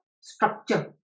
structure